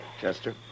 Chester